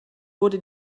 wurde